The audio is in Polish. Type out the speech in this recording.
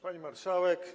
Pani Marszałek.